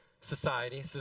society